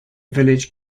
village